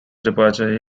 departure